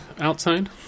outside